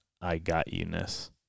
I-got-you-ness